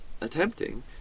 attempting